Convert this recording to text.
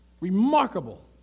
Remarkable